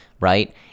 right